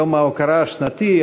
יום ההוקרה השנתי,